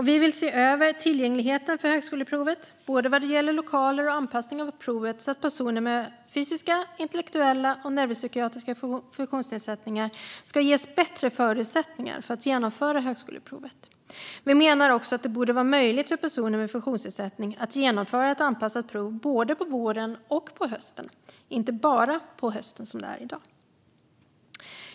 Vi vill se över tillgängligheten för högskoleprovet vad gäller både lokaler och anpassning av provet så att personer med fysiska, intellektuella och neuropsykiatriska funktionsnedsättningar ska ges bättre förutsättningar att genomföra högskoleprovet. Vi menar också att det borde vara möjligt för personer med funktionsnedsättning att genomföra ett anpassat prov både på våren och på hösten, inte som i dag bara på hösten.